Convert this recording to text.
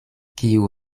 kiu